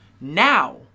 Now